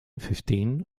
fifteen